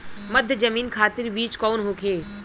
मध्य जमीन खातिर बीज कौन होखे?